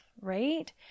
right